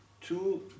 two